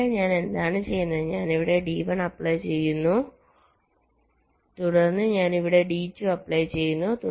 ഇവിടെ ഞാൻ എന്താണ് ചെയ്യുന്നത് ഞാൻ ഇവിടെ D1 അപ്ലൈ ചെയ്യുന്നു തുടർന്ന് ഞാൻ ഇവിടെ D2 അപ്ലൈ ചെയ്യുന്നു